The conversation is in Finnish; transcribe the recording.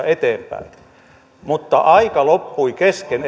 eteenpäin mutta aika loppui kesken